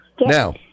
Now